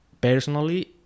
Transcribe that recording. personally